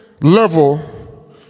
level